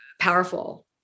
powerful